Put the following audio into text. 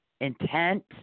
intent